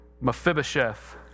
Mephibosheth